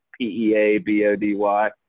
P-E-A-B-O-D-Y